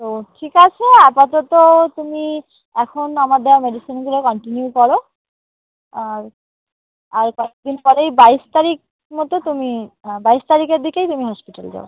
তো ঠিক আছে আপাতত তুমি এখন আমার দেওয়া মেডিসিনগুলো কন্টিনিউ করো আর আর কয়েক দিন পরেই বাইশ তারিখ মতো তুমি বাইশ তারিখের দিকেই তুমি হসপিটাল যাও